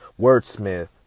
wordsmith